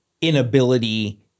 inability